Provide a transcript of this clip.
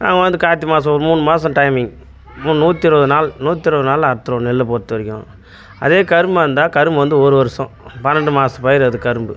வந்து கார்த்திகை மாதம் ஒரு மூணு மாதம் டைமிங் மு நூற்றி இருபது நாள் நூற்றி இருபது நாளில் அறுத்துடுவோம் நெல்லை பொறுத்த வரைக்கும் அதே கரும்பாக இருந்தால் கரும்பு வந்து ஒரு வருடம் பன்னெண்டு மாதத்து பயிர் அது கரும்பு